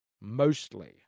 Mostly